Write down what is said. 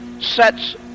sets